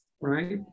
right